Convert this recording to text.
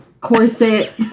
Corset